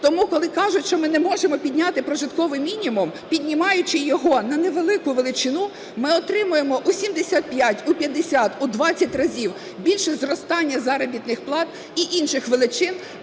Тому, коли кажуть, що ми не можемо підняти прожитковий мінімум, піднімаючи його на невелику величину, ми отримуємо в 75, у 50, у 20 разів більші зростання заробітних плат і інших величин,